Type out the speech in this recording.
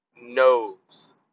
knows